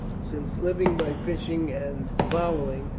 since, living by fishing and fowling,